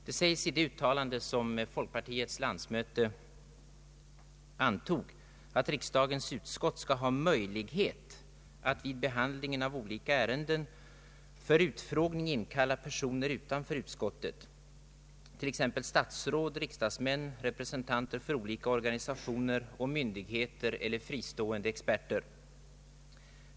Det sägs i det uttalande som folkpartiets landsmöte antog, att riksdagens utskott skall ha möjlighet att vid behandlingen av olika ärenden för utfrågning inkalla personer utanför utskottet, t.ex. statsråd, riksdagsmän, representanter för olika organisationer och myndigheter eller fristående experter.